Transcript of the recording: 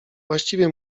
właściwie